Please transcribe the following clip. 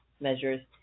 measures